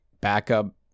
backup